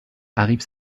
arrivent